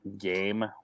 game